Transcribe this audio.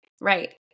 Right